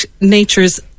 natures